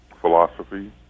philosophy